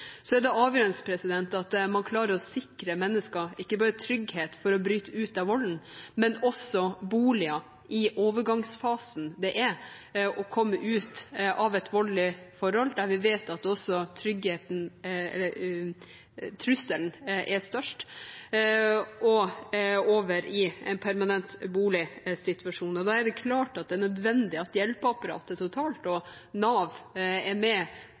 Så er det avgjørende at man klarer å sikre mennesker ikke bare trygghet for å bryte ut av volden, men også bolig i overgangsfasen – når man skal komme ut av et voldelig forhold – der vi vet at også trusselen er størst, og over i en permanent boligsituasjon. Da er det klart og nødvendig at hjelpeapparatet totalt og Nav er med